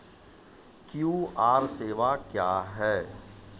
QR सेवा क्या हैं?